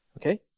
okay